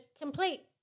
complete